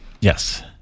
Yes